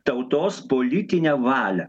tautos politinę valią